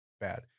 bad